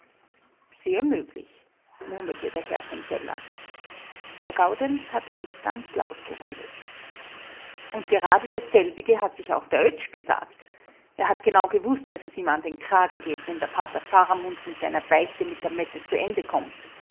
sehr möglich murmelte der herr von söller der gaudenz hat jetzt ganz laut geredet und gerade dasselbige hat sich auch der oetsch gesagt er hat genau gewußt daß es ihm an den kragen geht wenn der pater faramund mit seiner beichte mit der mette zu ende kommt